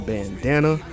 Bandana